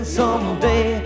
someday